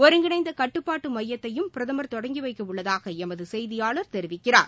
ஒருங்கிணைந்த கட்டுப்பாட்டு மையத்தையும் பிரதம் தொடங்கி வைக்க உள்ளதாக எமது செய்தியாளர் தெரிவிக்கிறார்